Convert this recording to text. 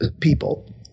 people